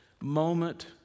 moment